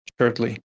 shortly